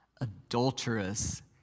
adulterous